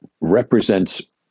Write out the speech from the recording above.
represents